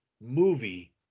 movie